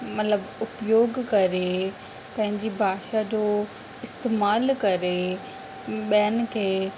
मतिलबु उपयोग करे पंहिंजी भाषा जो इस्तेमालु करे ॿियनि खे